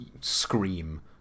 Scream